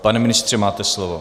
Pane ministře, máte slovo.